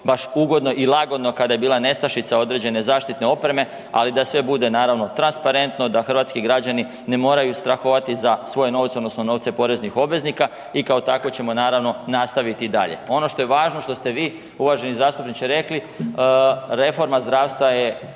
baš ugodno i lagodno kada je bila nestašica određene zaštitne opreme, ali da sve bude transparentno, da hrvatski građani ne moraju strahovati za svoje novce odnosno novce poreznih obveznika i kao takvo ćemo nastaviti i dalje. Ono što je važno što ste vi uvaženi zastupniče rekli, reforma zdravstva je